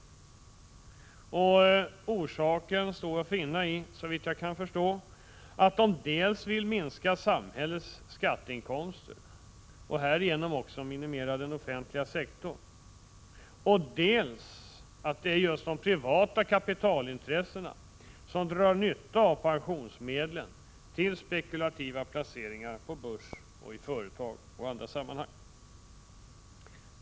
Orsaken står, såvitt jag kan förstå, att finna i 19 att dessa intressen dels vill minska samhällets skatteinkomster och härige nom också minimera den offentliga sektorn, dels att det är just de privata kapitalintressena som drar nytta av pensionsmedlen till spekulativa placeringar på börsen och i företag.